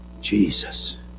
jesus